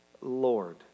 Lord